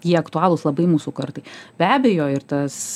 jie aktualūs labai mūsų kartai be abejo ir tas